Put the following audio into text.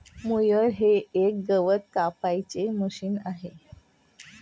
mower हे एक गवत कापायचे मशीन आहे